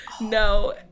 no